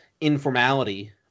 informality